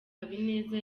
habineza